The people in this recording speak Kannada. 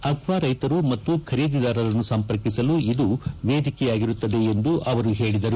ಅಕ್ವಾ ರೈತರು ಮತ್ತು ಖರೀದಿದಾರರನ್ನು ಸಂಪರ್ಕಿಸಲು ಇದು ವೇದಿಕೆಯಾಗಿರುತ್ತದೆ ಎಂದು ಅವರು ಹೇಳಿದರು